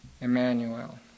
Emmanuel